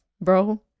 bro